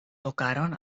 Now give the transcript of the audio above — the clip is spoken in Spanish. tocaron